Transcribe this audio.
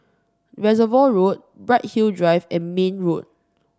Reservoir Road Bright Hill Drive and Mayne Road